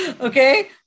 Okay